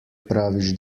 praviš